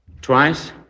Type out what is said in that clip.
twice